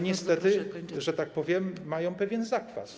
niestety, że tak powiem, mają pewien zakwas.